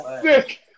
sick